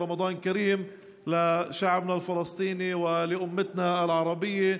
רמדאן מכובד לעמנו הפלסטיני ולאומתנו הערבית.